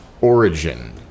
origin